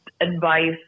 advice